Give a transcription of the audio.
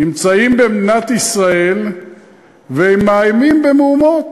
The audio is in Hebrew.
נמצאים במדינת ישראל ומאיימים במהומות.